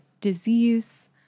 disease